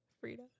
Frida